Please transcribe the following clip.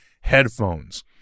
headphones